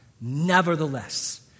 nevertheless